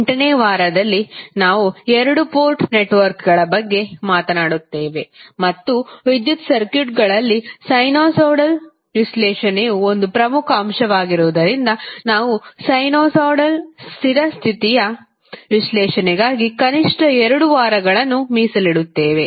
8 ನೇ ವಾರದಲ್ಲಿ ನಾವು 2 ಪೋರ್ಟ್ ನೆಟ್ವರ್ಕ್ಗಳ ಬಗ್ಗೆ ಮಾತನಾಡುತ್ತೇವೆ ಮತ್ತು ವಿದ್ಯುತ್ ಸರ್ಕ್ಯೂಟ್ಗಳಲ್ಲಿ ಸೈನುಸೈಡಲ್ ವಿಶ್ಲೇಷಣೆಯು ಒಂದು ಪ್ರಮುಖ ಅಂಶವಾಗಿರುವುದರಿಂದ ನಾವು ಸೈನುಸೈಡಲ್ ಸ್ಥಿರ ಸ್ಥಿತಿಯ ವಿಶ್ಲೇಷಣೆಗಾಗಿ ಕನಿಷ್ಠ 2 ವಾರಗಳನ್ನು ಮೀಸಲಿಡುತ್ತೇವೆ